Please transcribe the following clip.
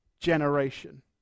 generation